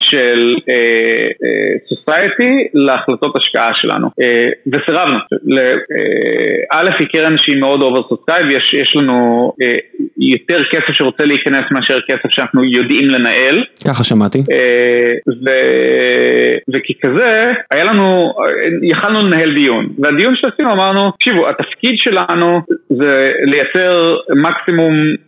של סוסייטי להחלטות השקעה שלנו וסירבנו, א' היא קרן שהיא מאוד אובר סוסייטי ויש לנו יותר כסף שרוצה להיכנס מאשר כסף שאנחנו יודעים לנהל ככה שמעתי וככזה היה לנו, יכלנו לנהל דיון, והדיון שעשינו אמרנו, תקשיבו התפקיד שלנו זה לייצר מקסימום